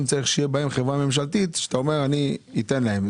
צריך שיהיה בהם חברה ממשלתית שאתה אומר אני אתן להם?